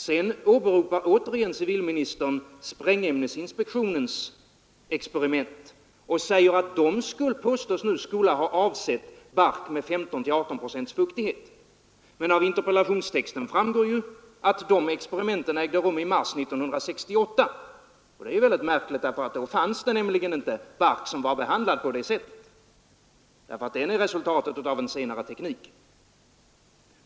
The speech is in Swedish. Sedan åberopar civilministern återigen sprängämnesinspektionens experiment och säger att de skall ha avsett bark med 15—18 procents fuktighet. Men av interpellationstexten framgår att de experimenten ägt rum i mars 1968, och det är ju märkligt, för då fanns inte bark som var behandlad på det sättet. Den är resultatet av en senare teknik.